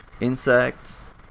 insects